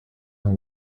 than